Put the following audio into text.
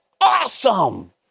awesome